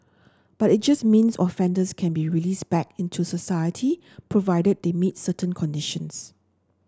but it just means offenders can be released back into society provided they meet certain conditions